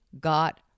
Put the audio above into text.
got